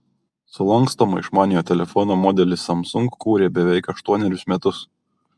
sulankstomą išmaniojo telefono modelį samsung kūrė beveik aštuonerius metus